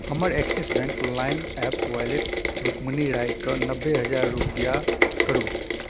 हमर Axis bank lime app wallet Rukmini रायके नब्बे हजार रुपैआ करू